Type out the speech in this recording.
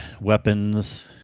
Weapons